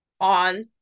on